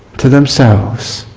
to themselves,